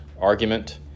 argument